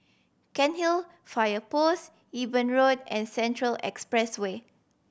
Cairnhill Fire Post Eben Road and Central Expressway